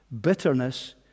Bitterness